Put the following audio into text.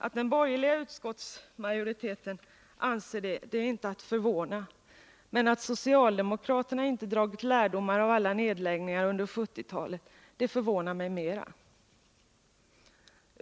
Att den borgerliga utskottsmajoriteten anser det är inte att förvåna, men att socialdemokraterna inte dragit lärdomar av alla nedläggningar under 1970-talet förvånar mig mera.